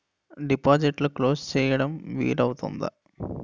డిపాజిట్లు క్లోజ్ చేయడం వీలు అవుతుందా?